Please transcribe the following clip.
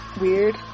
weird